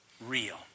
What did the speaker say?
real